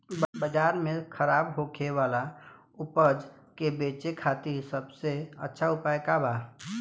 बाजार में खराब होखे वाला उपज के बेचे खातिर सबसे अच्छा उपाय का बा?